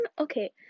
okay